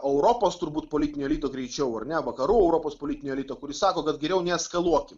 europos turbūt politinio elito greičiau ar ne vakarų europos politinio elito kuris sako kad geriau neeskaluokim